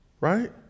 right